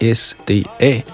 sda